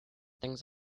things